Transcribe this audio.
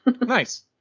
Nice